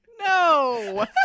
No